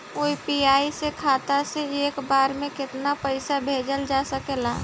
UPI खाता से एक बार म केतना पईसा भेजल जा सकेला?